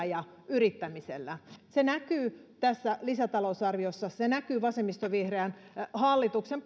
ja yrittämisellä se näkyy tässä lisätalousarviossa se näkyy vasemmistovihreän hallituksen